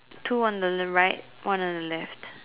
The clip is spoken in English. two on the Le right one on the left